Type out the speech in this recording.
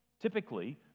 Typically